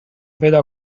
پیدا